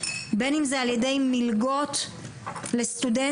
בין אם זה ע"י מלגות לסטודנטים.